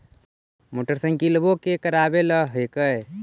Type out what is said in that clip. मोटरसाइकिलवो के करावे ल हेकै?